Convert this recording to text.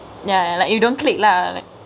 ya ya like you don't click lah like